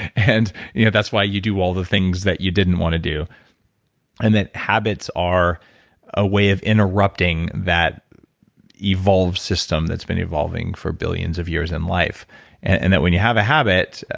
and yeah that's why you do all the things that you didn't want to do and that habits are a way of interrupting that evolved system that's been evolving for billions of years in life and when you have a habit,